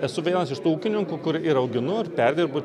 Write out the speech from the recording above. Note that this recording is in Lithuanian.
esu vienas iš tų ūkininkų kur ir auginu ir perdirbu